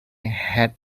had